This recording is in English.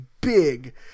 big